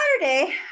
Saturday